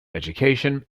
education